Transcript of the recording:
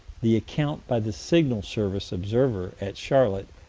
the account by the signal service observer, at charlotte,